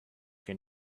can